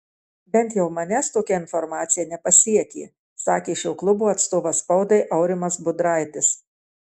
bent jau manęs tokia informacija nepasiekė sakė šio klubo atstovas spaudai aurimas budraitis